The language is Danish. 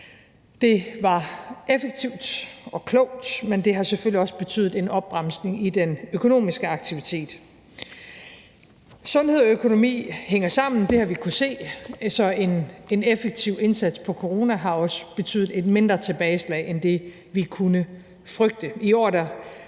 Det var effektivt og klogt, men det har selvfølgelig også betydet en opbremsning i den økonomiske aktivitet. Sundhed og økonomi hænger sammen, det har vi kunnet se. Så en effektiv indsats i forhold til corona har også betydet et mindre tilbageslag end det, vi kunne frygte.